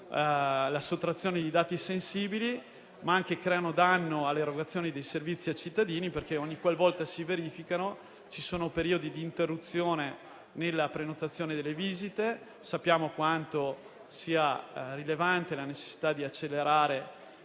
la sottrazione di dati sensibili, ma creano anche danno all'erogazione dei servizi ai cittadini, perché, ogniqualvolta si verificano, ci sono periodi di interruzione nella prenotazione delle visite. Sappiamo quanto sia rilevante la necessità di accelerare